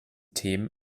themen